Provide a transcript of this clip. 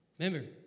Remember